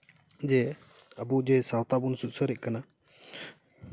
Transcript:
ᱡᱮ ᱟᱵᱚ ᱡᱮ ᱥᱟᱶᱛᱟ ᱵᱚᱱ ᱥᱩᱥᱟᱹᱨᱮᱫ ᱠᱟᱱᱟ